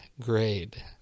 grade